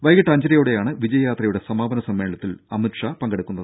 വൈകിട്ട് അഞ്ചരയോടെയാണ് വിജയയാത്രയുടെ സമാപന സമ്മേളനത്തിൽ അമിത് ഷാ പങ്കെടുക്കുന്നത്